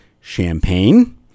champagne